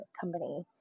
company